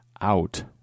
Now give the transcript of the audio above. out